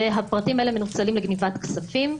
והפרטים האלה מנוצלים לגניבת פרטים.